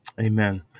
Amen